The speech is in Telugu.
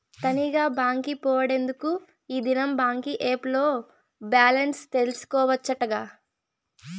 తనీగా బాంకి పోవుడెందుకూ, ఈ దినం బాంకీ ఏప్ ల్లో బాలెన్స్ తెల్సుకోవచ్చటగా